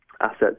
assets